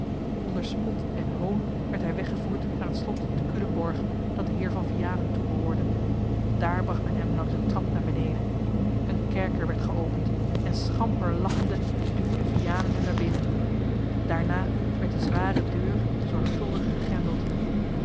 onder spot en hoon werd hij weggevoerd naar het slot te culemborg dat den heer van vianen toebehoorde daar bracht men hem langs eene trap naar beneden een kerker werd geopend en schamper lachende duwde vianen hem naar binnen daarna werd de zware deur zorgvuldig